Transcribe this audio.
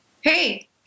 Hey